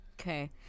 Okay